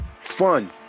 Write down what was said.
fun